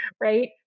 right